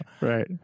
right